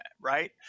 right